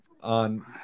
on